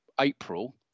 April